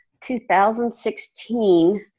2016